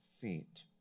feet